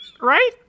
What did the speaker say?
right